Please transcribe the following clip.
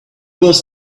was